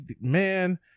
Man